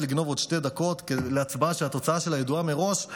לגנוב עוד שתי דקות להצבעה שהתוצאה שלה ידועה מראש.